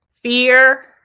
fear